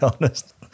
honest